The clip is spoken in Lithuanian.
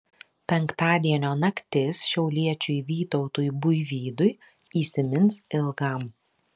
penktadienio naktis šiauliečiui vytautui buivydui įsimins ilgam